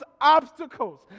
obstacles